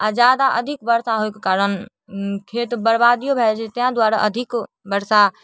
आओर जादा अधिक वर्षा होइके कारण खेत बर्बादियो भए जाइ छै तै दुआरे अधिक वर्षा